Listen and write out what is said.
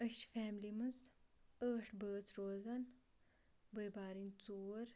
ٲسۍ چھِ فیملی منٛز ٲٹھ بٲژ روزان بٔے بارٕنۍ ژور